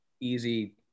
easy